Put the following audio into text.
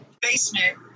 basement